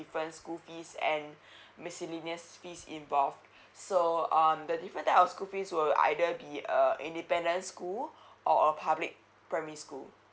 different school fees and miscellaneous fees involved so um the different type of school fees will either be uh independent school or a public primary school